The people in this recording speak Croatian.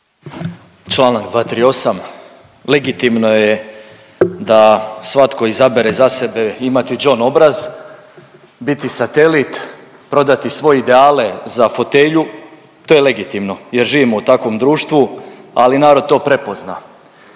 Čl. 238, legitimno je da svatko izabere za sebe imati đon obraz, biti satelit, prodati svoje ideale za fotelju, to je legitimno jer živimo u takvom društvu, ali narod to prepozna.